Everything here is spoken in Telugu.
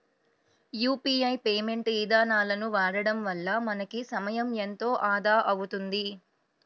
యూపీఐ పేమెంట్ ఇదానాలను వాడడం వల్ల మనకి సమయం ఎంతో ఆదా అవుతుంది